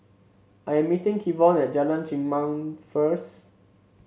I am meeting Kevon at Jalan Chengam first